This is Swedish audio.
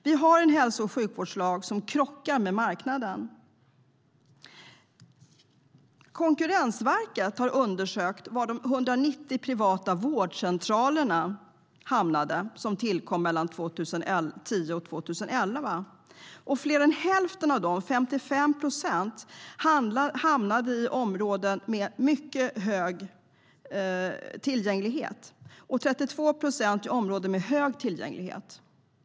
Vi har en hälso och sjukvårdslag som krockar med marknaden. Konkurrensverket har undersökt var de 190 privata vårdcentralerna som tillkom under 2010 och 2011 hamnade. Fler än hälften, 55 procent, etablerades i områden med mycket hög tillgänglighet, och 32 procent hamnade i områden med hög tillgänglighet.